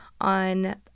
on